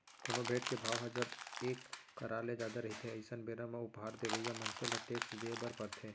कोनो भेंट के भाव ह जब एक करार ले जादा रहिथे अइसन बेरा म उपहार देवइया मनसे ल टेक्स देय बर परथे